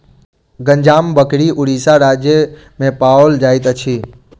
गंजाम बकरी उड़ीसा राज्य में पाओल जाइत अछि